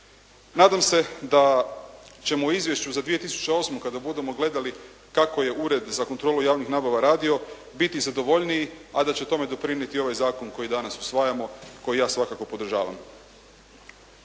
Nadam se da ćemo u izvješću za 2008. kada budemo gledali kako je ured za kontrolu javnih nabava radio biti zadovoljniji a da će tome doprinijeti ovaj zakon koji danas usvajamo, koji ja svakako podržavam.